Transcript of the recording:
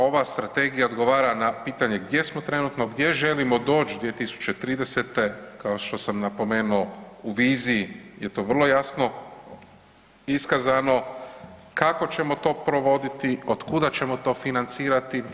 Ova strategija odgovara na pitanje gdje smo trenutno, gdje želimo doći 2030.-te kao što sam napomenuo u viziji je to vrlo jasno iskazano, kako ćemo to provoditi, od kuda ćemo to financirati.